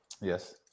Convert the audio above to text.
Yes